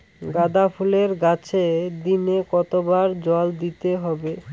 গাদা ফুলের গাছে দিনে কতবার জল দিতে হবে?